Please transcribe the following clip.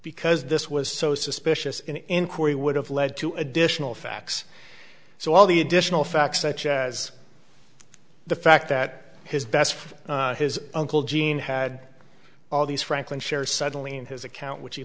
because this was so suspicious an inquiry would have led to additional facts so all the additional facts such as the fact that his best for his uncle gene had all these franklin shares suddenly in his account which he